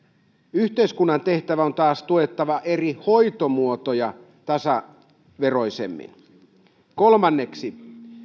yhteiskunnan tehtävä taas on tukea eri hoitomuotoja tasaveroisemmin kolmanneksi